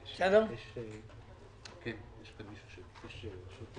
בבקשה, נתנאל היימן, התאחדות התעשיינים.